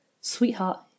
Sweetheart